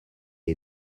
est